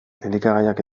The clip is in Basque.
elikagaiak